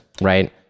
right